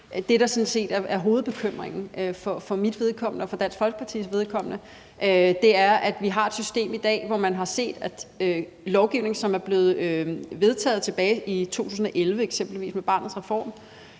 set er hovedbekymringen for mit vedkommende og for Dansk Folkepartis vedkommende, er, at vi har et system i dag, hvor man har set, at lovgivning, som er blevet vedtaget tilbage i 2011, eksempelvis med Barnets Reform,